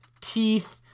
teeth